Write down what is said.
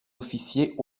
officier